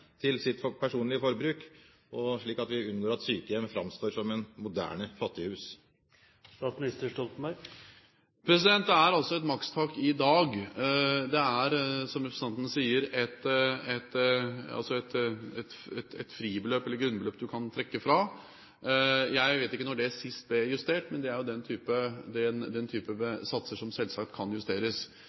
til sitt personlige forbruk og vi unngår at sykehjem framstår som et moderne fattighus? Det er altså et makstak i dag. Det er, som representanten sier, et fribeløp, et grunnbeløp, du kan trekke fra. Jeg vet ikke når det sist ble justert, men det er av den type satser som selvsagt kan justeres. Jeg tør ikke stå her og nå å love at det vil bli det, men det er selvsagt ett tema som vi kan